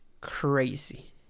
crazy